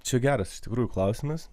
čia geras iš tikrųjų klausimas